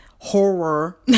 horror